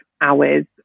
hours